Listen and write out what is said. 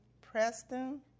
Preston